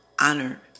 honor